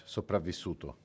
Sopravvissuto